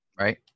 Right